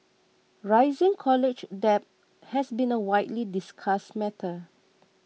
rising college debt has been a widely discussed matter